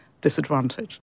disadvantage